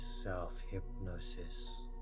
self-hypnosis